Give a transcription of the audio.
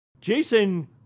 Jason